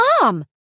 Mom